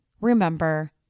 remember